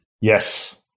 Yes